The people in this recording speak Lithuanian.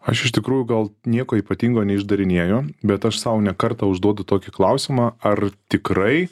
aš iš tikrųjų gal nieko ypatingo neišdarinėju bet aš sau ne kartą užduodu tokį klausimą ar tikrai